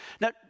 Now